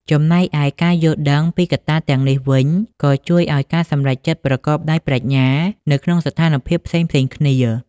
ចំណែកឯការយល់ដឹងពីកត្តាទាំងនេះវិញក៏ជួយឲ្យការសម្រេចចិត្តប្រកបដោយប្រាជ្ញា នៅក្នុងស្ថានភាពផ្សេងៗគ្នា។